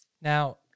Now